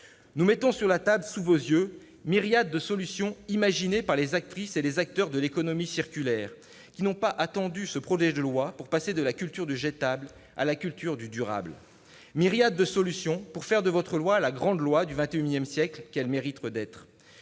Nous mettons sur la table, sous vos yeux, une myriade de solutions imaginées par les actrices et les acteurs de l'économie circulaire, qui n'ont pas attendu ce projet de loi pour passer de la culture du jetable à celle du durable ; une myriade de solutions pour faire de votre texte la grande loi du XXI siècle qu'il mérite d'être.